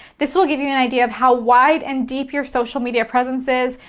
this will give you an idea of how wide and deep your social media presence is,